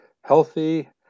healthy